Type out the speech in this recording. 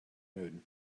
moon